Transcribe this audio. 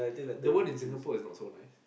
the one in Singapore is not so nice